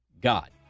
God